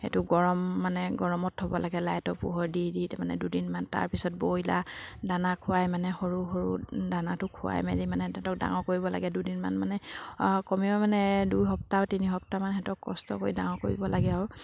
সেইটো গৰম মানে গৰমত থ'ব লাগে লাইটৰ পোহৰ দি দি তাৰমানে দুদিনমান তাৰপিছত ব্ৰইলাৰ দানা খুৱাই মানে সৰু সৰু দানাটো খুৱাই মেলি মানে তেহেঁতক ডাঙৰ কৰিব লাগে দুদিনমান মানে কমেও মানে দুইসপ্তাহ তিনিসপ্তাহমান সিহঁতক কষ্ট কৰি ডাঙৰ কৰিব লাগে আৰু